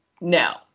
No